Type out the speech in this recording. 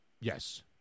Yes